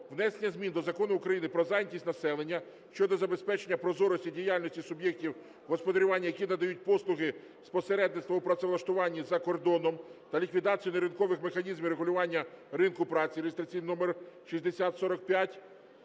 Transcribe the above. внесення змін до Закону України "Про зайнятість населення" щодо забезпечення прозорості діяльності суб'єктів господарювання, які надають послуги з посередництва у працевлаштуванні за кордоном, та ліквідацію неринкових механізмів регулювання ринку праці (реєстраційний номер 6045)...